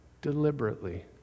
Deliberately